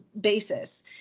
basis